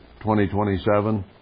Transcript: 2027